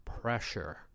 pressure